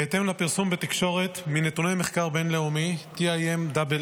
בהתאם לפרסום בתקשורת מנתוני מחקר בין-לאומי TIMSS,